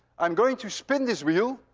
i'm going to spin this wheel.